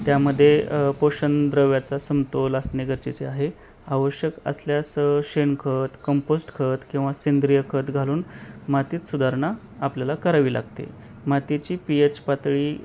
त्यामध्ये पोषण द्रव्याचा समतोल असणे गरजेचे आहे आवश्यक असल्यास शेणखत कंपोस्ट खत किंवा सेंद्रिय खत घालून मातीत सुधारणा आपल्याला करावी लागते मातीची पी एच पातळी